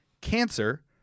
Cancer